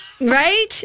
right